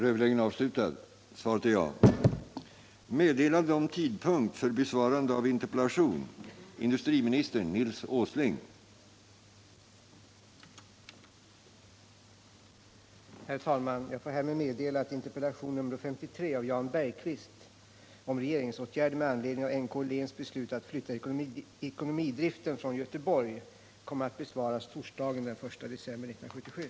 Herr talman! Jag får härmed meddela att interpellationen 1977 Åhléns beslut att flytta ekonomidriften från Göteborg kommer att besvaras torsdagen den 1 december 1977.